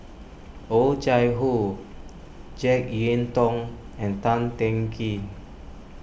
Oh Chai Hoo Jek Yeun Thong and Tan Teng Kee